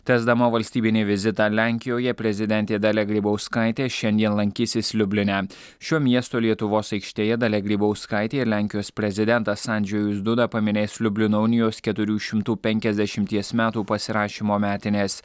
tęsdama valstybinį vizitą lenkijoje prezidentė dalia grybauskaitė šiandien lankysis liubline šio miesto lietuvos aikštėje dalia grybauskaitė lenkijos prezidentas andžejus duda paminės liublino unijos keturių šimtų penkiasdešimties metų pasirašymo metines